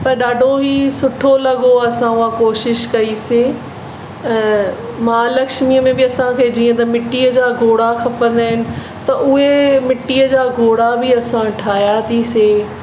पर ॾाढो ही सुठो लॻो असां उहा कोशिशि कईसीं महालक्ष्मीअ में बि असांखे जीअं त मिटीअ जा घोड़ा खपंदा आहिनि त उहे मिटीअ जा घोड़ा बि असां ठाहियासीं